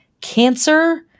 cancer